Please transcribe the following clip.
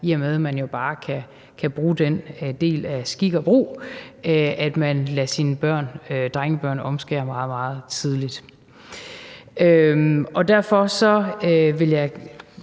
i og med at man jo bare kan bruge den del af skik og brug, at man lader sine drengebørn omskære meget, meget tidligt. Jeg hører ikke